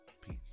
peace